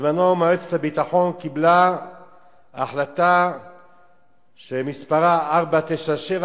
שבזמנו מועצת הביטחון קיבלה החלטה שמספרה 497,